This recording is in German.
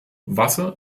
wasser